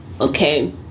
okay